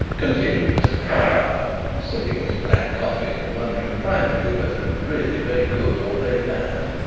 continued mr. carlyle, sipping his black coffee and wondering privately whether it was really very good or very bad,